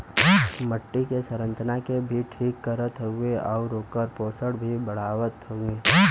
मट्टी क संरचना के भी ठीक करत हउवे आउर ओकर पोषण भी बढ़ावत हउवे